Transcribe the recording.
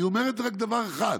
אני אומר רק דבר אחד: